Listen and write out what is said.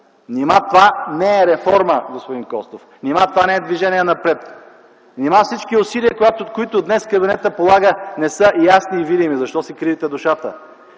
Нима това не е реформа, господин Костов? Нима това не е движение напред? Нима всички усилия, които днес кабинета полага, не са ясни и видими? Защо си кривите душата?